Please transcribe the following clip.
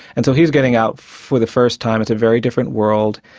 and so he's getting out for the first time. it's a very different world,